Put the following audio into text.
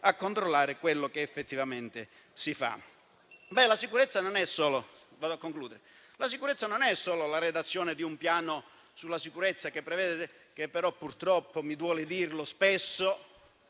a controllare quello che effettivamente si fa. La sicurezza non è solo la redazione di un piano in materia, secondo il quale purtroppo - mi duole dirlo - spesso